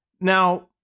Now